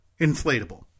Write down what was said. inflatable